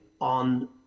on